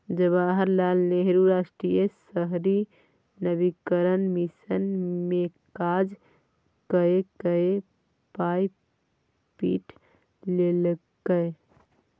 जवाहर लाल नेहरू राष्ट्रीय शहरी नवीकरण मिशन मे काज कए कए पाय पीट लेलकै